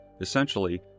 Essentially